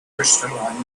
crystalline